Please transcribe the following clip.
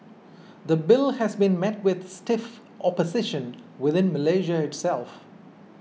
the Bill has been met with stiff opposition within Malaysia itself